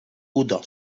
udo